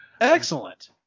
Excellent